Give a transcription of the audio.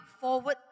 forward